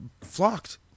flocked